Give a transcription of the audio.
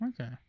okay